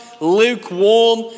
lukewarm